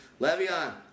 Le'Veon